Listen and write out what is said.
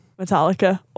Metallica